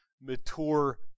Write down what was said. mature